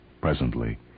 Presently